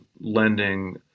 lending